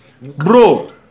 bro